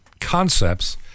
concepts